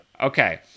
Okay